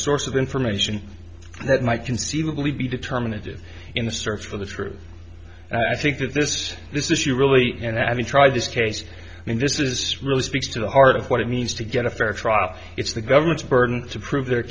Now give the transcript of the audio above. source of information that might conceivably be determinative in the search for the truth i think that there's this issue really and i mean tried this case and this is really speaks to the heart of what it means to get a fair trial it's the government's burden to prove their